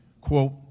quote